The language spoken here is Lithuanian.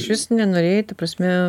iš vis nenorėjai ta prasme